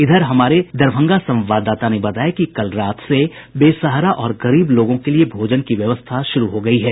इधर हमारे दरभंगा संवाददाता ने बताया कि कल रात से बेसहारा और गरीब लोगों के लिये भोजन की व्यवस्था शुरू हो गयी है